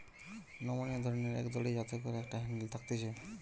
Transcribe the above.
নমনীয় ধরণের এক দড়ি যাতে করে একটা হ্যান্ডেল থাকতিছে